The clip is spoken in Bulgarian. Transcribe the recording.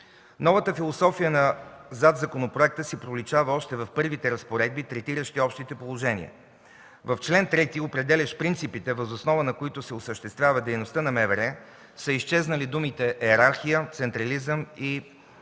Новата философия на законопроекта си проличава още в първите разпоредби, третиращи общите положения. В чл. 3, определящ принципите, въз основа на които се осъществява дейността на МВР, са изчезнали думите „йерархия”, „централизъм”,